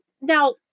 now